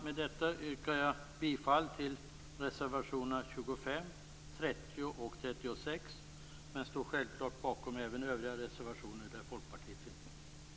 Med detta yrkar jag bifall till reservationerna 25, 30 och 36, men jag står självklart bakom även övriga reservationer där Folkpartiet finns med.